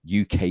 UK